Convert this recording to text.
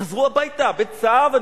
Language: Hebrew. הם חזרו הביתה בצו.